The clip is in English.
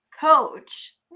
coach